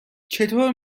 چطور